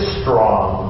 strong